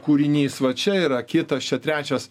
kūrinys va čia yra kitas čia trečias